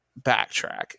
backtrack